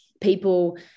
people